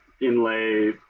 inlay